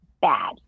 bad